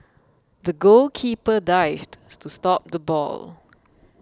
the goalkeeper dived to stop the ball